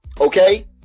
Okay